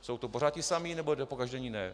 Jsou to pořád ti samí, nebo pokaždé jiní?